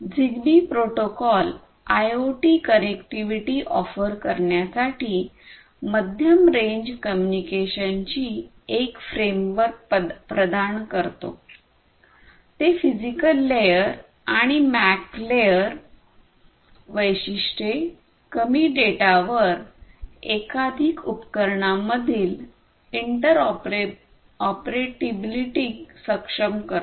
Zigbee protocol IoT connectivity offer करण्यासाठी मध्यम range कम्युनिकेशनची एक फ्रेमवर्क प्रदान करतोते फिजिकल लेयर आणि मॅक लेयर वैशिष्ट्ये कमी डेटावर एकाधिक उपकरणांमधील इंटरऑपरेबिलिटी सक्षम करते